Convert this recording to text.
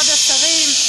כבוד השרים,